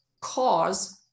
cause